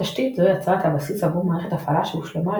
תשתית זו יצרה את הבסיס עבור מערכת הפעלה שהושלמה על